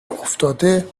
افتاده